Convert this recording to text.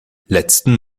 letzten